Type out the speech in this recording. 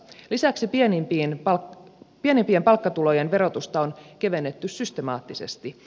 lisäksi pienimpien palkkatulojen verotusta on kevennetty systemaattisesti